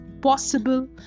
possible